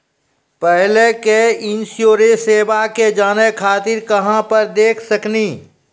पहले के इंश्योरेंसबा के जाने खातिर कहां पर देख सकनी?